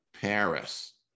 Paris